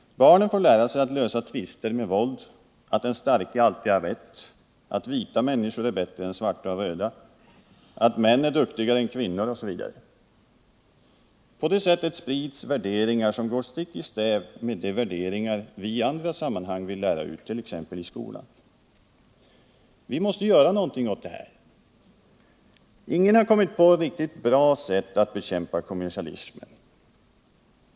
Barnen får lära sig att lösa tvister med våld, att den starke alltid har rätt, att vita människor är bättre än svarta och röda, att män är duktigare än kvinnor osv. På det sättet sprids värderingar, som går stick i stäv med de värderingar vi i andra sammanhang vill lära ut, t.ex. i skolan. Vi måste göra någonting åt det här. Ingen har kommit på ett riktigt bra sätt att bekämpa kommersialismen.